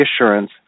assurance